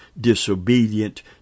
disobedient